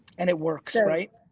and it works, right?